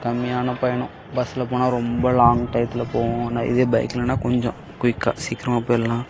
கம்மியான பயணம் பஸ்ஸில் போனால் ரொம்ப லாங் டயத்துல போவோம் ஆனால் இதே பைக்குலன்னா கொஞ்சம் குயிக்காக சீக்கிரமாக போயிடலாம்